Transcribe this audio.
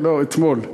לא, אתמול.